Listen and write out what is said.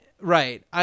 Right